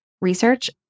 research